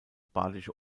badische